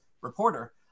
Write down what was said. reporter